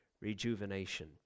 rejuvenation